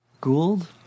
Gould